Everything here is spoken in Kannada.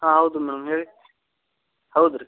ಹಾಂ ಹೌದು ಮೇಡಮ್ ಹೇಳಿ ಹೌದು ರೀ